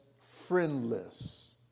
friendless